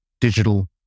digital